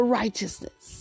righteousness